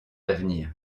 d’avenir